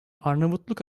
arnavutluk